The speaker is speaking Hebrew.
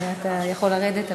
אתה יכול לרדת.